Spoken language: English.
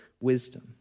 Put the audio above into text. wisdom